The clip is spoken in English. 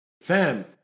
Fam